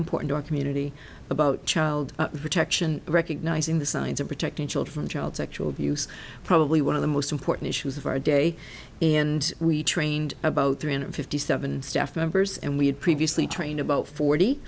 important our community about child protection recognizing the signs of protecting children from child sexual abuse probably one of the most important issues of our day and we trained about three hundred fifty seven staff members and we had previously train about forty